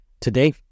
Today